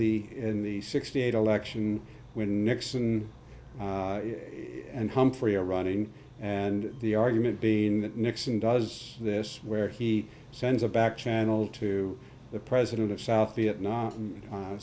the in the sixty eight election when nixon and humphrey are running and the argument being that nixon does this where he sends a back channel to the president of south vietnam